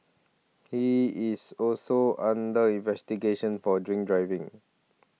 he is also under investigation for drink driving